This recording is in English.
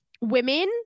women